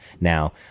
Now